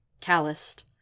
Calloused